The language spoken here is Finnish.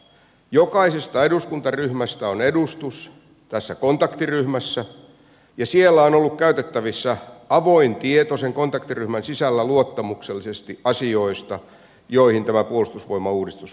jokaisesta eduskuntaryhmästä on edustus tässä kontaktiryhmässä ja siellä on ollut käytettävissä avoin tieto sen kontaktiryhmän sisällä luottamuksellisesti asioista joihin tämä puolustusvoimauudistus nojautuu